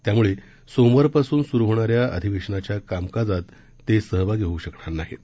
त्यामुळे सोमवार पासून सुरू होणाऱ्या अदिवेशनाच्या कामकाजात ते सहभागी होऊ शकणार नाहीत